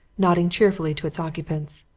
nodding cheerily to its occupants.